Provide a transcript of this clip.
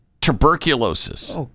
tuberculosis